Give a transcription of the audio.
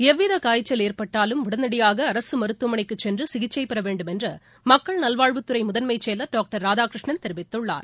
எவ்வித காய்ச்சல் ஏற்பட்டாலும் உடனடியாக அரசு மருத்துவமனைக்கு சென்று சிகிச்சை பெற வேண்டும் என்று மக்கள் நல்வாழ்வுத் துறை முதன்மைச் செயவர் டாக்டர் ராதாகிருஷ்ணன் தெரிவித்துள்ளார்